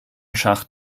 schacht